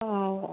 ஓ